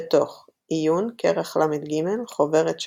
בתוך עיון, כרך ל"ג, חוברת 3,